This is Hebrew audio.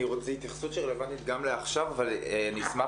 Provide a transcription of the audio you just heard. זו התייחסות שהיא רלוונטית גם לעכשיו אבל אני אשמח